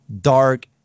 dark